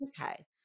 okay